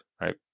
right